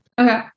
okay